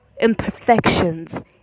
imperfections